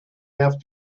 have